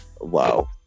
Wow